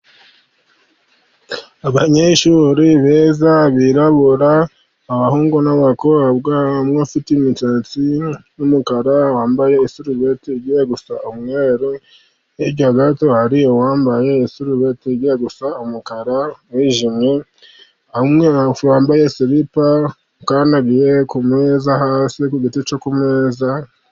Abanyeshuri beza birarabura, abahungu n'abakobwa. Umwe afite imisatsi y'umukara wambaye isarubete ijya gusa umweru hirya gato hari uwambaye isubeti ijya gusa umukara wijimye, hari umwe wambaye silipa ukandagiye ku meza hasi ku giti cyo ku meza.